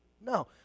No